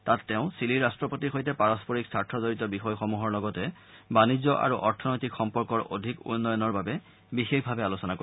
তাত তেওঁ চিলিৰ ৰাট্টপতিৰ সৈতে পাৰস্পৰিক স্বাৰ্থজৰিত বিষয়সমূহৰ লগতে বাণিজ্য আৰু অৰ্থনৈতিক সম্পৰ্কৰ অধিক উন্নয়নৰ বাবে বিশেষভাৱে আলোচনা কৰিব